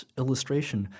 illustration